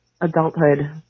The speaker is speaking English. adulthood